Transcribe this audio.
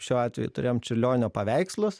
šiuo atveju turėjom čiurlionio paveikslus